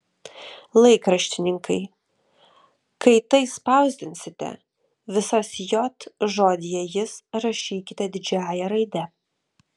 laikraštininkai kai tai spausdinsite visas j žodyje jis rašykit didžiąja raide